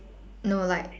no like